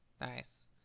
nice